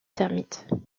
termites